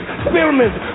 experiments